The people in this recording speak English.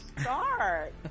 start